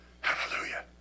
Hallelujah